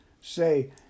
Say